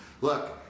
Look